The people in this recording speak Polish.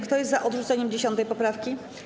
Kto jest za odrzuceniem 10. poprawki?